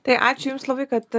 tai ačiū jums labai kad